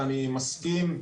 ואני מסכים,